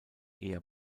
eher